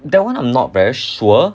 that one I'm not very sure